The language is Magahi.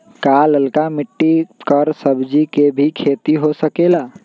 का लालका मिट्टी कर सब्जी के भी खेती हो सकेला?